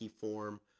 form